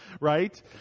right